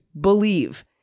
believe